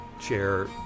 chair